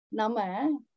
Nama